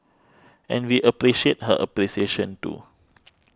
and we appreciate her appreciation too